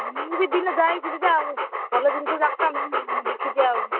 ମୁଁ ବି ଦିନ ଯାଇଥିଲି ଯେ ଆଉ ଭଲ ଜିନିଷ ଦେଖିଛି ଆଉ